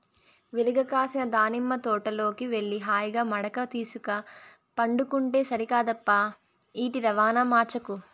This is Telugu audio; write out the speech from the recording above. విరగ కాసిన దానిమ్మ తోటలోకి వెళ్లి హాయిగా మడక తీసుక పండుకుంటే సరికాదప్పా ఈటి రవాణా మార్చకు